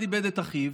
אחד איבד את אחיו,